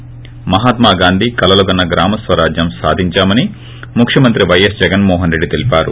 ి మహాత్మాగాంధీ కలలు కన్న గ్రామ స్వరాజ్యం సాధించామని ముఖ్యమంత్రి పైఎస్ జగన్మోహన్రెడ్డి తెలిపారు